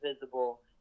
visible